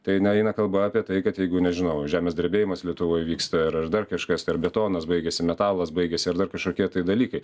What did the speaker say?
tai na eina kalba apie tai kad jeigu nežinau žemės drebėjimas lietuvoj vyksta ir aš dar kažkas ar betonas baigiasi metalas baigiasi ar dar kažkokie dalykai